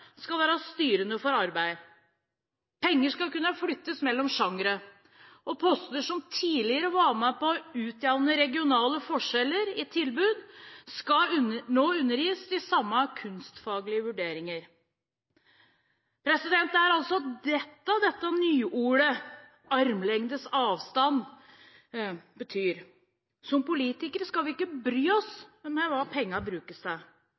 skal være styrende for arbeidet. Penger skal kunne flyttes mellom sjangere, og poster som tidligere var med på å utjevne regionale forskjeller i tilbud, skal nå undergis de samme kunstfaglige vurderinger. Det er altså det dette nyordet «armlengdes avstand» betyr. Som politikere skal vi ikke bry oss med hva pengene brukes til.